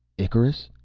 icarus